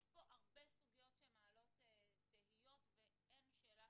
יש פה הרבה סוגיות שמעלות תהיות ואין שאלה